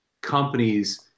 companies